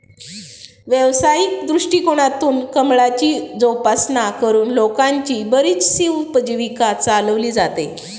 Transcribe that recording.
व्यावसायिक दृष्टिकोनातून कमळाची जोपासना करून लोकांची बरीचशी उपजीविका चालवली जाते